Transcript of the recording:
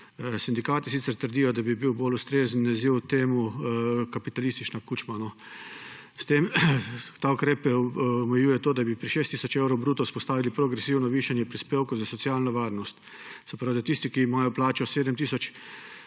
Sindikati sicer trdijo, da bi bil bolj ustrezen naziv temu kapitalistična kučma. Ta ukrep omejuje to, da bi pri 6 tisoč evrov bruto vzpostavili progresivno višanje prispevkov za socialno varnost. Se pravi, da tisti, ki imajo plačo 7